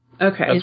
Okay